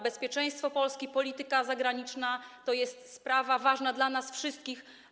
Bezpieczeństwo Polski i polityka zagraniczna to są sprawy ważne dla nas wszystkich.